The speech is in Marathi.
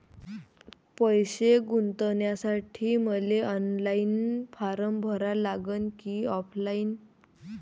पैसे गुंतन्यासाठी मले ऑनलाईन फारम भरा लागन की ऑफलाईन?